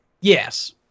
yes